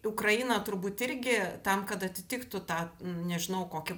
ukrainą turbūt irgi tam kad atitiktų tą nežinau kokį